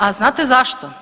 A znate zašto?